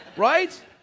right